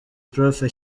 prof